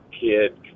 kid